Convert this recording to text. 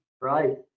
right